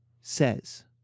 says